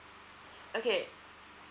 okay